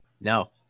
No